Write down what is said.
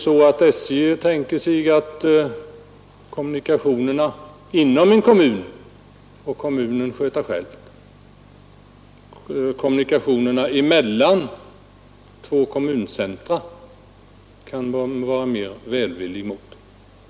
SJ tänker sig att kommunikationerna inom en kommun får kommunen sköta själv, men när det gäller kommunikationerna mellan två kommuncentra kan SJ vara mer välvilligt.